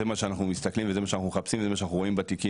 זה מה שאנחנו מסתכלים וזה מה שאנחנו מחפשים וזה מה שאנחנו רואים בתיקים,